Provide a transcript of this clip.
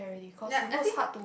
like I think